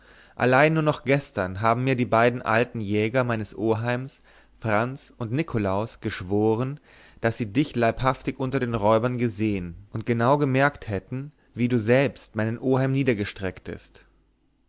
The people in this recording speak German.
allein nur noch gestern haben mir die beiden alten jäger meines oheims franz und nikolaus geschworen daß sie dich leibhaftig unter den räubern gesehen und genau bemerkt hätten wie du selbst meinen oheim